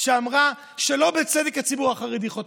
שאמרה שלא בצדק הציבור החרדי חוטף.